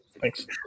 Thanks